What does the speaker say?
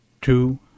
two